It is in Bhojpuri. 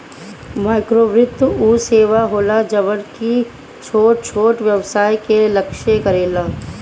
माइक्रोवित्त उ सेवा होला जवन की छोट छोट व्यवसाय के लक्ष्य करेला